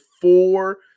four